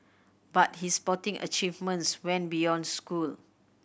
but his sporting achievements went beyond school